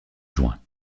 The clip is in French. juin